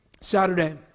Saturday